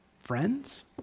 Friends